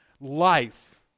life